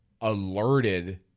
alerted